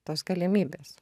tos galimybės